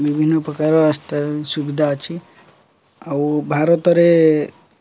ବିଭିନ୍ନ ପ୍ରକାର ରାସ୍ତାର ବି ସୁବିଧା ଅଛି ଆଉ ଭାରତରେ